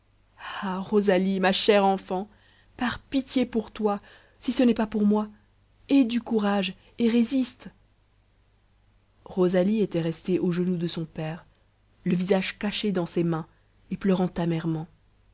rosalie ma chère enfant par pitié pour toi si ce n'est pas pour moi aie du courage et résiste rosalie était restée aux genoux de son père le visage caché dans ses mains et pleurant